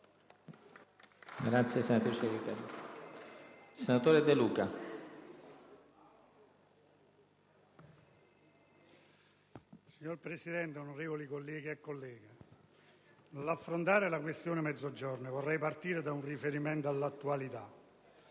Signor Presidente, onorevoli colleghi e colleghe, nell'affrontare la questione del Mezzogiorno vorrei partire da un riferimento all'attualità: